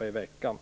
i veckan.